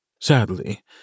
Sadly